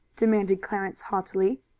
demanded clarence haughtily.